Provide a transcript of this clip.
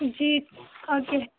جی okay